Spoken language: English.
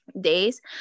days